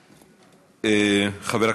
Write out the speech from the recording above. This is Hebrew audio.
בבקשה, גברתי.